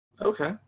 Okay